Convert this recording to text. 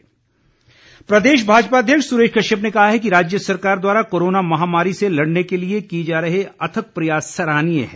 सुरेश कश्यप प्रदेश भाजपा अध्यक्ष सुरेश कश्यप ने कहा है कि राज्य सरकार द्वारा कोरोना महामारी से लड़ने के लिए किए जा रहे अथक प्रयास सराहनीय है